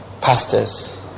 pastors